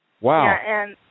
Wow